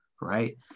right